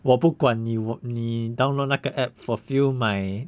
我不管你你 download 那个 app fulfill my